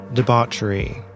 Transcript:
debauchery